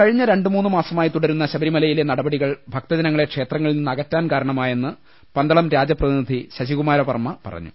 കഴിഞ്ഞ രണ്ടുമൂന്നുമാസമായി തുടരുന്ന ശബരിമലയിലെ നടപടികൾ ഭക്തജനങ്ങളെ ക്ഷേത്രങ്ങളിൽനിന്ന് അകറ്റാൻ കാരണമായെന്ന് പന്തളം രാജപ്രതിനിധി ശശികുമാരവർമ്മ പറഞ്ഞു